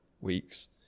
weeks